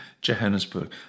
Johannesburg